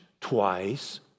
twice